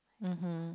(mm hmm)